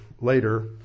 later